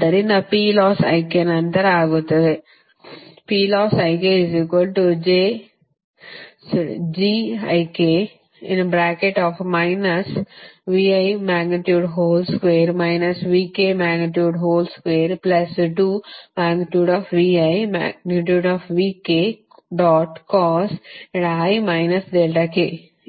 ಆದ್ದರಿಂದ ನಂತರ ಆಗುತ್ತದೆ